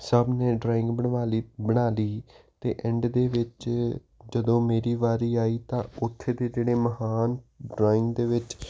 ਸਹਾਮਣੇ drawing ਬਣਵਾਲੀ ਬਣਾ ਲਈ ਤੇ ਐਂਡ ਦੇ ਵਿੱਚ ਜਦੋਂ ਮੇਰੀ ਵਾਰੀ ਆਈ ਤਾਂ ਉਥੇ ਦੇ ਜਿਹੜੇ ਮਹਾਨ ਡਰਾਇੰਗ ਦੇ ਵਿੱਚ